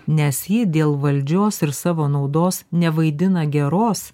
nes ji dėl valdžios ir savo naudos nevaidina geros